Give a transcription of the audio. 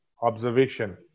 observation